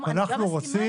אני מסכימה איתך.